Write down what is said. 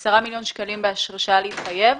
10 מיליון שקלים בהרשאה להתחייב,